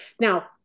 Now